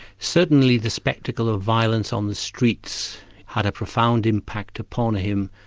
certainly the spectacle of violence on the streets had a profound impact upon him,